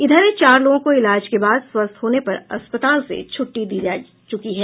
इधर चार लोगों को इलाज के बाद स्वस्थ होने पर अस्पताल से छुट्टी दी जा चुकी है